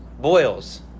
Boils